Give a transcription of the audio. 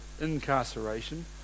incarceration